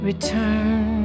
return